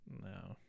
No